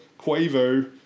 Quavo